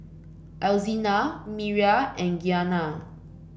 Alzina Miriah and Giana